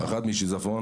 אחת משיזפון